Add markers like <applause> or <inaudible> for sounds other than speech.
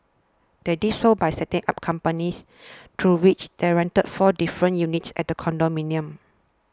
they did so by setting up companies <noise> through which there rented four different units at condominium